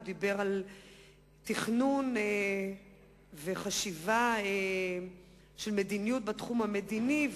הוא דיבר על תכנון וחשיבה בתחום המדיני,